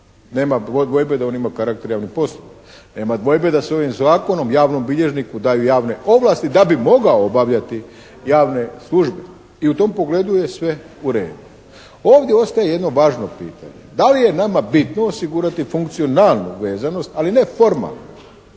Nema dvojbe da on ima karakterijalni posao, nema dvojbe da se ovim Zakonom javnom bilježniku daju javne ovlasti da bi mogao obavljati javne službe i u tom pogledu je sve u redu. Ovdje ostaje jedno važno pitanje. Da li je nama bitno osigurati funkcionalnu vezanost ali ne formalno?